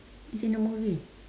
it's in the movie